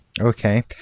Okay